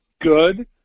good